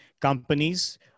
companies